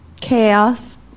Chaos